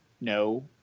no